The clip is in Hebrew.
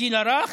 הגיל הרך,